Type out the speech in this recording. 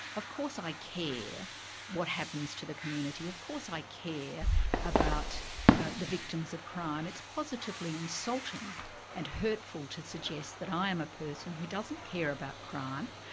of course i care what happens to the community. of course i care about the victims of crime, it's positively insulting and hurtful to suggest that i am a person who doesn't care about crime,